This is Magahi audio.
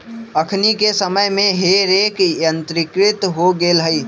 अखनि के समय में हे रेक यंत्रीकृत हो गेल हइ